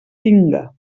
tinga